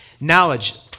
Knowledge